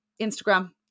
Instagram